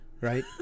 right